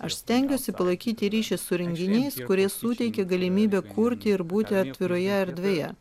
aš stengiuosi palaikyti ryšį su renginiais kurie suteikia galimybę kurti ir būti atviroje erdvėje